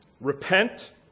Repent